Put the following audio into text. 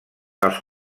els